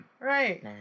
Right